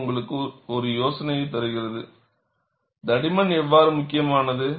இது உங்களுக்கு ஒரு யோசனையைத் தருகிறது தடிமன் எவ்வாறு முக்கியமானது